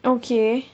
okay